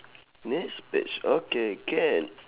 next page okay can